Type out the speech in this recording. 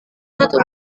satu